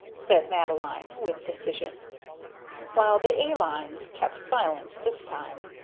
said madeline with decision while the a-lines kept silence this time.